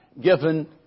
given